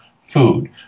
food